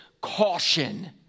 caution